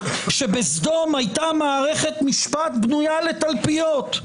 שבסדום היתה מערכת משפט בנויה לתלפיות,